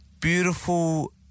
beautiful